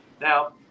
now